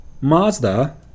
Mazda